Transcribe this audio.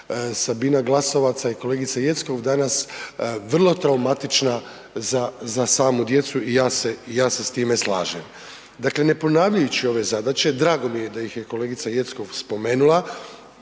Sabina Glasovac, a i kolegica Jeckov danas, vrlo traumatična za, za samu djecu i ja se, ja se s time slažem. Dakle, ne ponavljajući ove zadaće, drago mi je da ih je kolegica Jeckov spomenula,